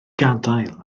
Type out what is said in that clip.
gadael